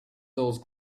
those